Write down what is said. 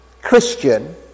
Christian